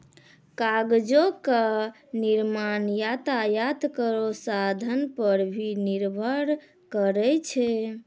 कागजो क निर्माण यातायात केरो साधन पर भी निर्भर करै छै